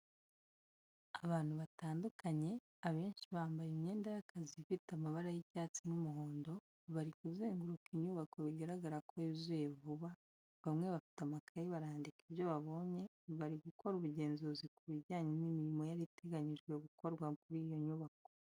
Abantu batandukanye abenshi bambaye imyenda y'akazi ifite amabara y'icyatsi n'umuhondo, bari kuzenguruka inyubako bigaragara ko yuzuye vuba, bamwe bafite amakayi barandika ibyo babonye bari gukora ubugenzuzi ku bijyanye n'imirimo yari iteganyijwe gukorwa kuri iyo nyubako.